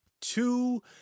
two